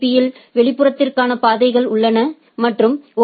பீஇல் வெளிப்புறத்திற்கான பாதைகள் உள்ளன மற்றும் ஓ